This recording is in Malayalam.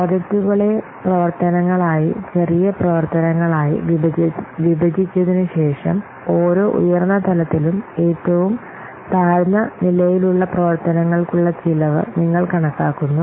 പ്രോജക്റ്റുകളെ പ്രവർത്തനങ്ങളായി ചെറിയ പ്രവർത്തനങ്ങളായി വിഭജിച്ചതിന് ശേഷം ഓരോ ഉയർന്ന തലത്തിലും ഏറ്റവും താഴ്ന്ന നിലയിലുള്ള പ്രവർത്തനങ്ങൾക്കുള്ള ചെലവ് നിങ്ങൾ കണക്കാക്കുന്നു